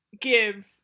give